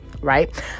right